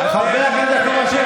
משנאת